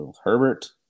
Herbert